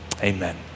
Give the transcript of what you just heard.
amen